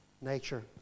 nature